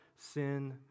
sin